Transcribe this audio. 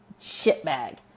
shitbag